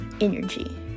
energy